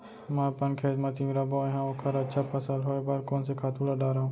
मैं अपन खेत मा तिंवरा बोये हव ओखर अच्छा फसल होये बर कोन से खातू ला डारव?